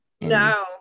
no